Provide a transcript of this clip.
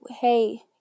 hey